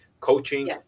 coaching